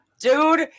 Dude